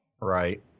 right